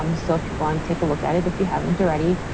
um so, if want take a look at it if you haven't already.